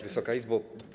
Wysoka Izbo!